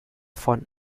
von